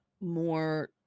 more